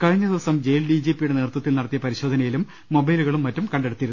കഴിഞ്ഞ ദിവസം jail D ജിപിയുടെ നേതൃത്വത്തിൽ നടത്തിയ പരിശോധനയിലും മൊബൈലുകളും മറ്റും കണ്ടെടുത്തിരുന്നു